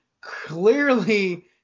clearly